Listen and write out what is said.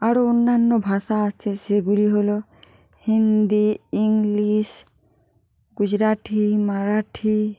আরও অন্যান্য ভাষা আছে সেগুলি হলো হিন্দি ইংলিশ গুজরাঠি মারাঠি